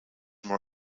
more